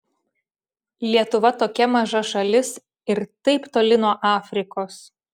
lietuva tokia maža šalis ir taip toli nuo afrikos